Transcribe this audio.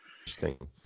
interesting